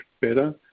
better